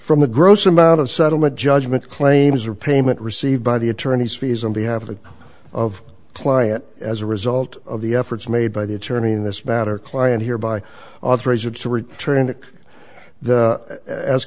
from the gross amount of settlement judgment claims or payment received by the attorneys fees on behalf of client as a result of the efforts made by the attorney in this matter client here by the